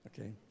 okay